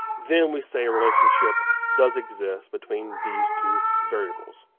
then we say a relationship does exist between these two variables.